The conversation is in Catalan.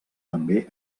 també